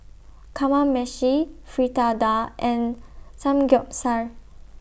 Kamameshi Fritada and Samgyeopsal